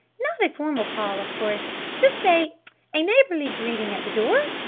not a formal call, of course just a a neighborly greeting at the door?